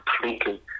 completely